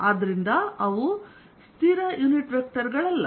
ಆದ್ದರಿಂದ ಅವು ಸ್ಥಿರ ಯುನಿಟ್ ವೆಕ್ಟರ್ ಗಳಲ್ಲ